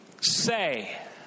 say